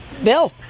Bill